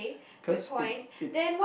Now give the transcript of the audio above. cause it it